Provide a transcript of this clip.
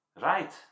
Right